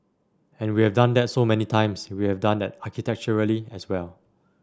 and we have done that so many times we have done that architecturally as well